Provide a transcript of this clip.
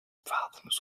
problems